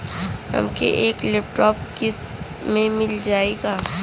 हमके एक लैपटॉप किस्त मे मिल जाई का?